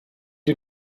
you